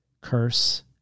curse